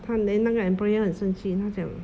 他 then 那个 employer 很生气他讲